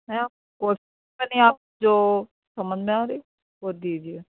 ہاں کوئی بات نہیں آپ کو جو سمجھ میں آ رہی وہ دیجیے